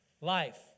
life